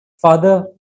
Father